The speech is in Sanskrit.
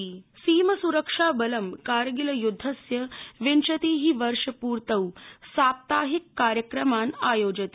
बीएसएफ सीम स्रक्षा बलं कारगिलयुद्धस्य विंशति वर्षपूर्तों साप्ताहिक कार्यक्रमान् आयोजति